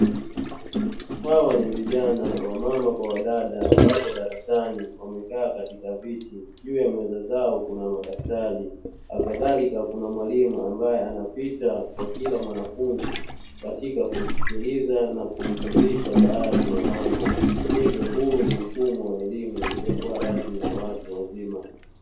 Hawa ni vijana wamama kwa wadada wapo darasani wamekaa katika viti juu ya meza zao kuna madaftari halikadhalika kuna mwalimu ambaye anapita kwa kila mwanafunzi katika kumsikiliza na kumfundisha baadhi ya mambo, hivyo huu ni mfumo wa elimu usio kuwa rasmi ya watu wazima.